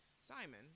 Simon